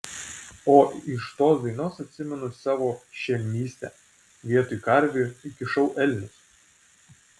o iš tos dainos atsimenu savo šelmystę vietoj karvių įkišau elnius